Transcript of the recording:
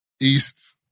East